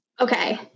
Okay